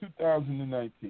2019